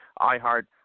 iHeart